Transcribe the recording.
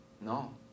No